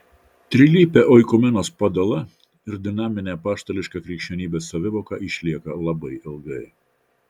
trilypė oikumenos padala ir dinaminė apaštališka krikščionybės savivoka išlieka labai ilgai